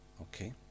Okay